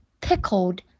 pickled